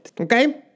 okay